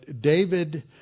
David